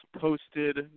posted